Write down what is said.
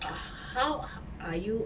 h~ how h~ are you